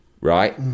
right